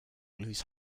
lose